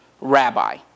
rabbi